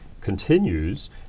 continues